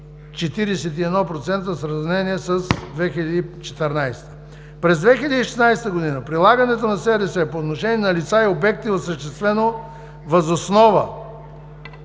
През 2016 г. прилагането на СРС по отношение на лица и обекти е осъществено въз основа